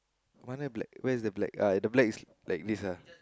mana black where is the black ah the black is like this lah